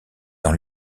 dans